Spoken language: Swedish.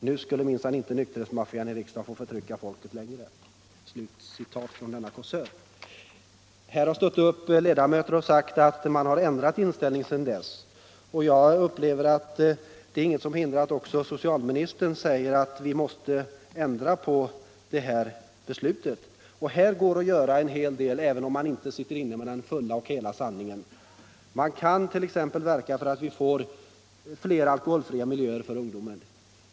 Nu skulle minsann inte nykteristmaffian i riksdagen få förtrycka Folket längre!” Här har ledamöter stått upp och sagt att man har ändrat inställning sedan dess, och jag upplever att ingenting hindrar att också socialministern säger att vi måste ändra på detta beslut. Och här går att göra en hel del, även om man inte sitter inne med den fulla och hela sanningen. Man kan t.ex. verka för att vi får fler alkoholfria miljöer för ungdomen.